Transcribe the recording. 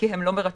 כי הם לא מרצפים,